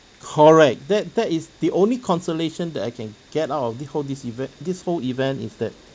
correct that that is the only consolation that I can get out of the whole this event this whole event is that